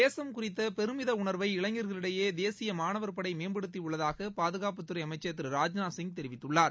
தேசம் குறித்த பெருமித உணர்வை இளைஞர்களிடையே தேசிய மாணவர்படை மேம்படுத்தியுள்ளதாக பாதுகாப்புத்துறை அமைச்சர் திரு ராஜ்நாத் சிங் தெரிவித்துள்ளார்